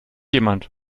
jemand